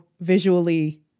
visually